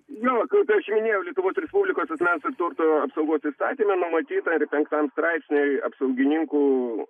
jo kaip aš ir minėjau lietuvos respublikos asmens turto apsaugos įstatyme numatyta ar penktam straipsny apsaugininkų